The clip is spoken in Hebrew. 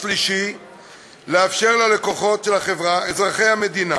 3. לאפשר ללקוחות החברה אזרחי המדינה